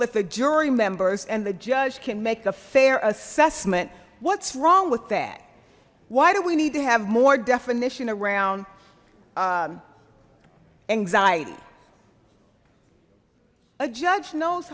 that the jury members and the judge can make a fair assessment what's wrong with that why do we need to have more definition around anxiety a judge knows